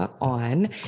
on